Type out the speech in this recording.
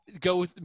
go